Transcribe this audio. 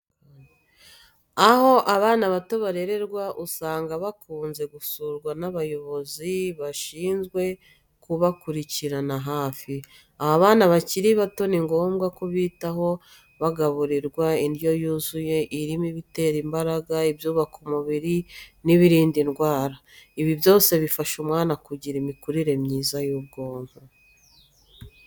Aho abana bato barererwa usanga bakunze gusurwa n'abayobozi bashinzwe kubakurikiranira hafi. Aba bana bakiri bato ni ngombwa kubitaho bagaburirwa indyo yuzuye irimo ibitera imbaraga, ibyubaka umubiri n'ibirinda indwara. Ibi byose bifasha umwana kugira imikurire myiza y'ubwonko.